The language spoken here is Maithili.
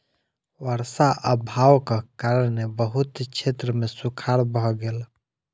वर्षा अभावक कारणेँ बहुत क्षेत्र मे सूखाड़ भ गेल